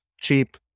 cheap